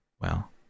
Well